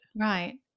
Right